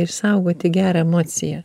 išsaugoti gerą emociją